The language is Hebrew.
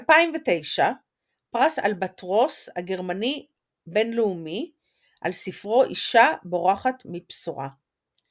2009 פרס אלבטרוס הגרמני-הבינלאומי על ספרו "אישה בורחת מבשורה".